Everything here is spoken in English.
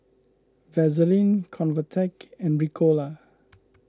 Vaselin Convatec and Ricola